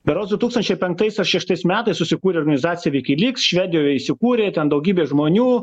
berods du tūkstančiai penktais ar šeštais metais susikūrė organizacija wikileaks švedijoj įsikūrė ten daugybė žmonių